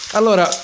Allora